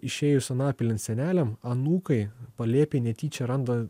išėjus anapilin seneliam anūkai palėpėj netyčia randa